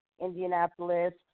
Indianapolis